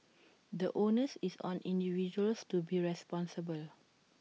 the onus is on individuals to be responsible